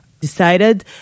decided